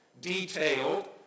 detailed